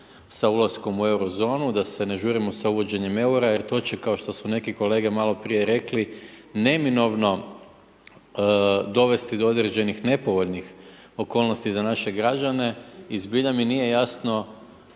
sa ulaskom u euro zonu, da se ne žurimo sa uvođenjem eura, jer to će kao što su neki kolege maloprije rekli, neminovno dovesti do određenih nepovoljnih okolnosti za naše građane i zbilja mi nije jasno